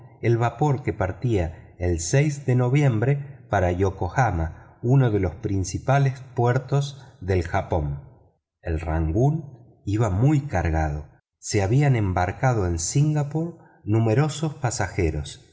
el vapor que partia el de noviembre para yokohama uno de los principales puertos de japón el rangoon iba muy cargado se habían embarcado en singapore numerosos pasajeros